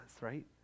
right